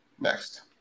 Next